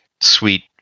sweet